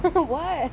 like ya